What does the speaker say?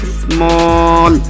small